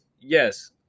Yes